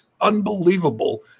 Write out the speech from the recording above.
unbelievable